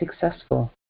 successful